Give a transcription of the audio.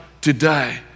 today